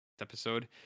episode